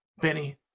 Benny